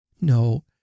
No